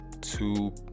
two